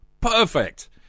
Perfect